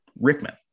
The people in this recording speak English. Rickman